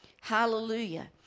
Hallelujah